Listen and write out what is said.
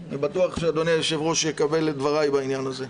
אני בטוח שאדוני היושב-ראש יקבל את דבריי בעניין הזה.